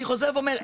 אני חוזר ואומר,